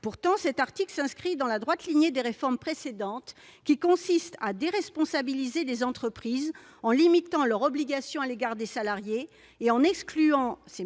Pourtant, l'article 62 s'inscrit dans la droite ligne des réformes précédentes, qui consistent à déresponsabiliser les entreprises en limitant leurs obligations à l'égard des salariés et en privant ceux-ci